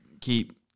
keep